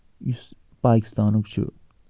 یُس پاکِستانُک چھُ